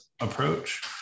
approach